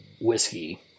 whiskey